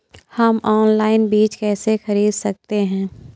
हम ऑनलाइन बीज कैसे खरीद सकते हैं?